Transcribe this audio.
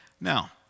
Now